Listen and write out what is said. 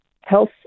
health